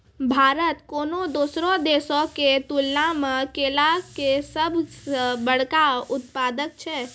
भारत कोनो दोसरो देशो के तुलना मे केला के सभ से बड़का उत्पादक छै